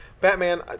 Batman